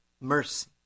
mercy